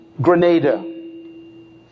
Grenada